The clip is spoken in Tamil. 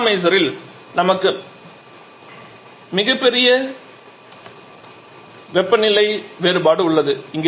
இங்கே எக்கானமைசரில் நமக்கு மிகப் பெரிய வெப்பநிலை வேறுபாடு உள்ளது